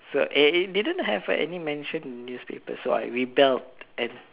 so uh it didn't have any mention in newspapers so I rebelled and